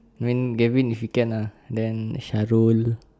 mean galvin if you can lah then sharul